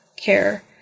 care